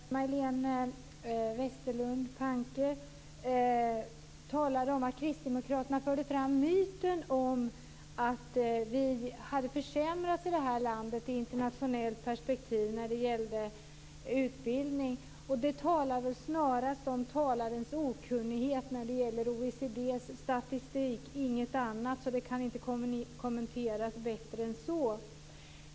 Fru talman! Majléne Westerlund Panke sade att Kristdemokraterna förde fram myten om att vi i det här landet hade försämrats i internationellt perspektiv när det gällde utbildning. Det talar väl snarast om talarens okunnighet om OECD:s statistik och ingenting annat. Det kan inte kommenteras bättre än så.